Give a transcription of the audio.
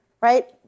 right